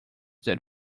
that